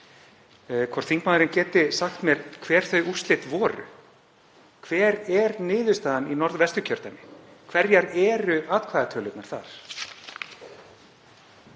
hvort þingmaðurinn geti sagt mér hver þau úrslit voru. Hver er niðurstaðan í Norðvesturkjördæmi? Hverjar eru atkvæðatölurnar þar?